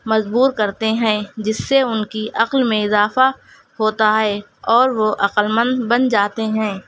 مجبور کرتے ہیں جس سے ان کی عقل میں اضافہ ہوتا ہے اور وہ عقل مند بن جاتے ہیں